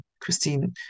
Christine